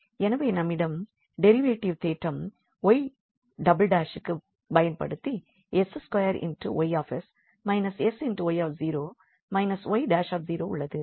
எனவே நம்மிடம் டெரிவேட்டிவ் தேற்றம் 𝑦'′க்கு பயன்படுத்தி 𝑠2𝑌𝑠 − 𝑠𝑦 − 𝑦′ உள்ளது